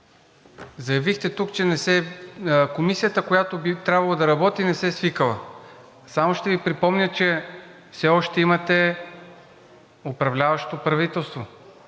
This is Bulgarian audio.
заявихте тук, че Комисията, която би трябвало да работи, не се е свикала. Само ще Ви припомня, че все още имате управляващо правителство,